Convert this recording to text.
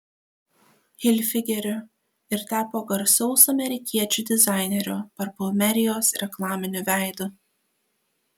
hilfigeriu ir tapo garsaus amerikiečių dizainerio parfumerijos reklaminiu veidu